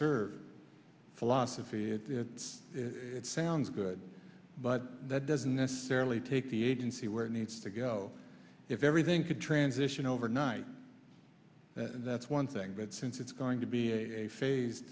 service philosophy at the it sounds good but that doesn't necessarily take the agency where it needs to go if everything could transition overnight and that's one thing but since it's going to be a phase